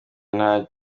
nacyo